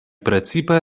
precipe